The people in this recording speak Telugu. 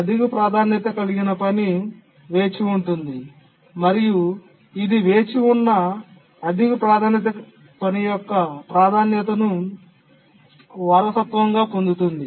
అధిక ప్రాధాన్యత కలిగిన పని వేచి ఉంటుంది మరియు ఇది వేచి ఉన్న అధిక ప్రాధాన్యత పని యొక్క ప్రాధాన్యతను వారసత్వంగా పొందుతుంది